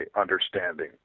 understanding